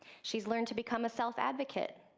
she's learned to become a self-advocate,